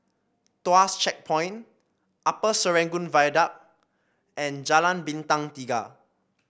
Tuas Checkpoint Upper Serangoon Viaduct and Jalan Bintang Tiga